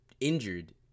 injured